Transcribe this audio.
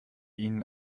ihnen